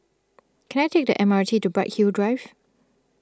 can I take the M R T to Bright Hill Drive